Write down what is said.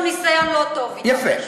יש לנו ניסיון לא טוב אתם.